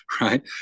Right